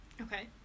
okay